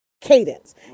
cadence